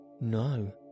no